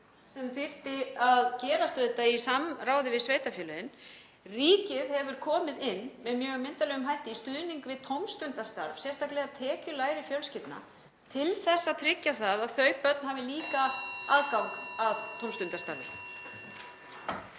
sem þyrfti að gerast í samráði við sveitarfélögin. Ríkið hefur komið inn með mjög myndarlegum hætti í stuðningi við tómstundastarf, sérstaklega til tekjulægri fjölskyldna til að tryggja að þau börn hafi líka aðgang að tómstundastarfi.